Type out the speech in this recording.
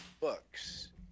books